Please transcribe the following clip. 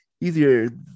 easier